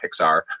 Pixar